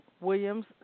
Williams